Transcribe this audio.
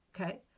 Okay